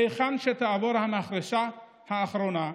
"היכן שתעבור המחרשה האחרונה,